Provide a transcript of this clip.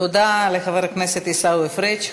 תודה לחבר הכנסת עיסאווי פריג'.